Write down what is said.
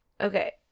Okay